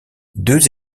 deux